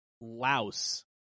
louse